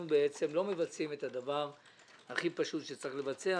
בעצם לא מבצעים את הדבר הכי פשוט שצריך לבצע.